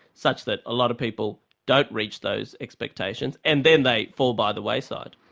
such that a lot of people don't reach those expectations and then they fall by the wayside.